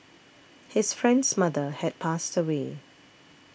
his friend's mother had passed away